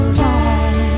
long